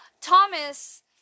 Thomas